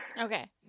Okay